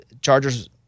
Chargers